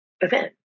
event